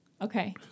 Okay